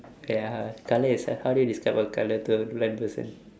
K ya colour is h~ how do you describe your colour to a blind person